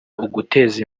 uguteza